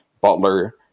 Butler